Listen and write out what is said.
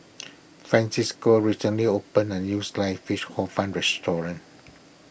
Francisco recently opened a new Sliced Fish Hor Fun restaurant